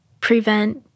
prevent